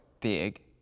big